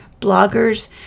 bloggers